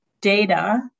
data